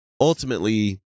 ultimately